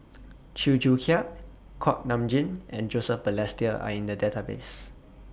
Chew Joo Chiat Kuak Nam Jin and Joseph Balestier Are in The Database